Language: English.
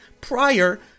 prior